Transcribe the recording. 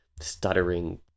stuttering